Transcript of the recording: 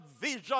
vision